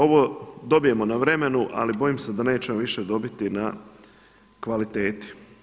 Ovo dobijemo na vremenu ali bojim se da nećemo više dobiti na kvaliteti.